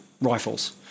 rifles